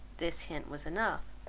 this hint was enough,